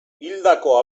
hildako